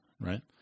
right